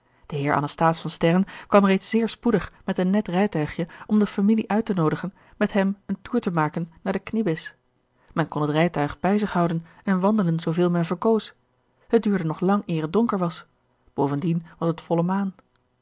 de heer anasthase van sterren kwam reeds zeer spoedig met een net rijtuigje om de familie uittenoodigen met hem een toer te maken naar de kniebis men kon het rijtuig bij zich houden en wandelen zooveel men verkoos het duurde nog lang eer het donker was bovendien was het volle maan